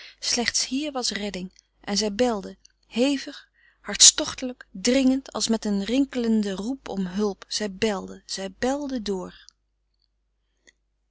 slechts hier was redding en zij belde hevig hartstochtelijk dringend als met een rinkelenden roep om hulp zij belde zij belde door